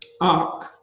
ark